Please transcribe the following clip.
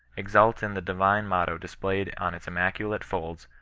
exult in the divine motto displayed on its immaculate folds,